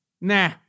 nah